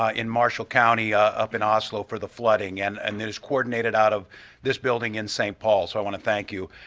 ah in marshal county up in oslo for the flooding and and this is coordinated out of this building in st. paul so i want to thank you.